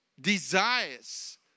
desires